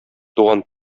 туган